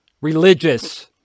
religious